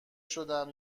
شدم